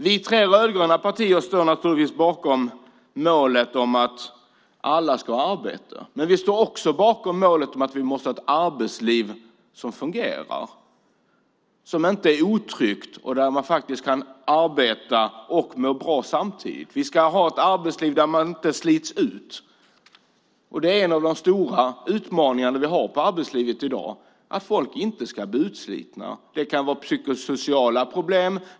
Vi tre rödgröna partier står naturligtvis bakom målet att alla ska ha arbete. Men vi står också bakom målet att vi måste ha ett arbetsliv som fungerar, inte är otryggt och där man kan arbeta och må bra samtidigt. Vi ska ha ett arbetsliv där man inte slits ut. En av de stora utmaningarna vi har i arbetslivet i dag är att människor inte ska bli utslitna. Det kan vara psykosociala problem.